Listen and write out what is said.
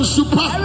Super